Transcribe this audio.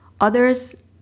Others